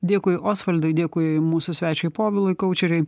dėkui osvaldui dėkui mūsų svečiui povilui kaučeriui